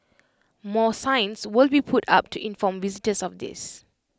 more signs will be put up to inform visitors of this